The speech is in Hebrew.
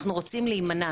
אנחנו רוצים להימנע,